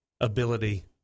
ability